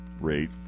rate